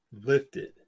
lifted